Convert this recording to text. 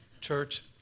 Church